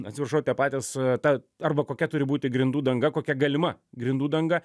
atsiprašau tie patys ta arba kokia turi būti grindų danga kokia galima grindų danga